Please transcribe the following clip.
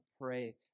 pray